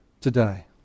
today